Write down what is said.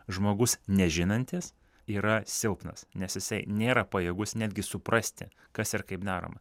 žmogus nežinantis yra silpnas nes jisai nėra pajėgus netgi suprasti kas ir kaip daroma